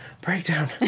breakdown